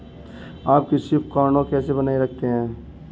आप कृषि उपकरण कैसे बनाए रखते हैं?